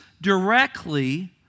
directly